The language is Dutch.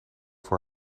voor